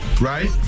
right